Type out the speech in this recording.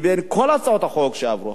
בין כל הצעות החוק שעברו,